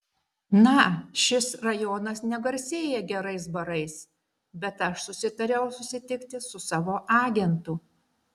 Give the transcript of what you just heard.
na šis rajonas negarsėja gerais barais bet aš susitariau susitikti su savo agentu